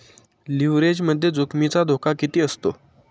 लिव्हरेजमध्ये जोखमीचा धोका किती असतो?